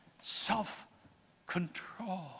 self-control